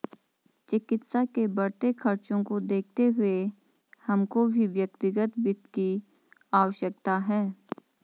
चिकित्सा के बढ़ते खर्चों को देखते हुए हमको भी व्यक्तिगत वित्त की आवश्यकता है